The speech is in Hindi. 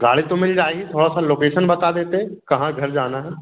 गाड़ी तो मिल जाएगी थोड़ा सा लोकेशन बता देते कहाँ घर जाना है